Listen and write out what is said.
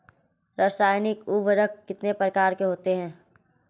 रासायनिक उर्वरक कितने प्रकार के होते हैं?